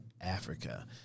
Africa